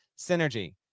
synergy